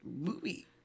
movie